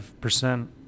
percent